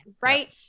right